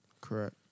Correct